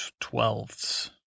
twelfths